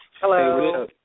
Hello